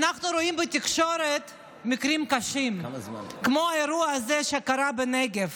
אנחנו רואים בתקשורת מקרים קשים כמו האירוע הזה שקרה בנגב